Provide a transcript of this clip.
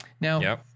Now